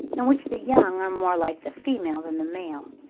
in which the young are more like the female than the male.